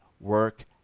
work